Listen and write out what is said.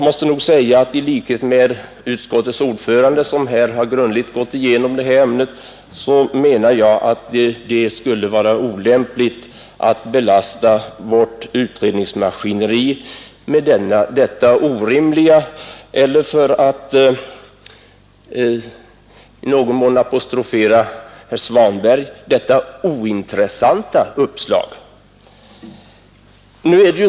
I likhet med utskottets ordförande, som här grundligt har gått igenom ämnet, menar jag att det skulle vara olämpligt att belasta vårt utredningsmaskineri med detta orimliga eller, för att i någon mån apostrofera herr Svanberg, ointressanta uppslag.